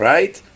Right